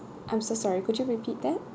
I'm so sorry could you repeat that